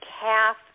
calf